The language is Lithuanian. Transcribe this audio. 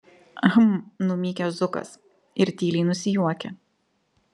hm numykia zukas ir tyliai nusijuokia